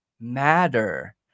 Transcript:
matter